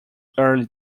early